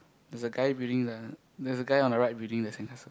there's a guy building the there's a guy on the right building the sandcastle